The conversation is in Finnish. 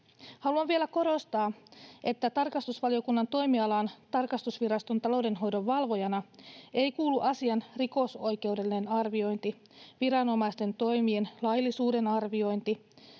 Haluan vielä korostaa, että tarkastusvaliokunnan toimialaan tarkastusviraston taloudenhoidon valvojana ei kuulu asian rikosoikeudellinen arviointi, viranomaisten toimien laillisuuden arviointi